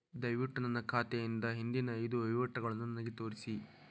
ದಯವಿಟ್ಟು ನನ್ನ ಖಾತೆಯಿಂದ ಹಿಂದಿನ ಐದು ವಹಿವಾಟುಗಳನ್ನು ನನಗೆ ತೋರಿಸಿ